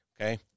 Okay